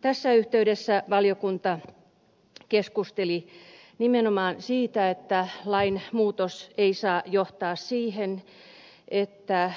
tässä yhteydessä valiokunta keskusteli nimenomaan siitä että lainmuutos ei saa johtaa siihen että